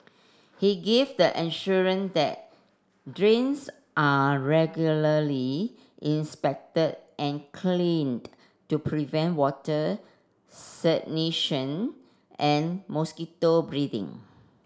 he gave the that drains are regularly inspected and cleaned to prevent water stagnation and mosquito breeding